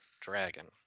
Dragon